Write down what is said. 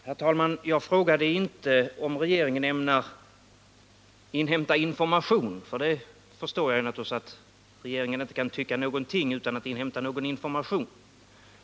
Herr talman! Jag frågade inte om regeringen ämnar inhämta information — jag förstår naturligtvis att regeringen inte kan tycka någonting utan att inhämta information.